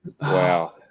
wow